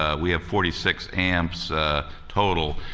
ah we have forty six amps total.